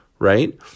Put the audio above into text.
Right